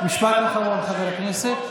משפט אחרון, חבר הכנסת.